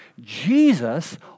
Jesus